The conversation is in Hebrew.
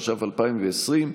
התש"ף 2020,